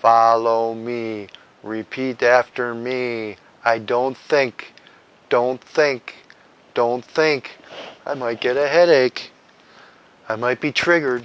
follow me repeat after me i don't think don't think don't think i might get a headache i might be triggered